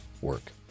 work